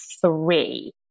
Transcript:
three